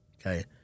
Okay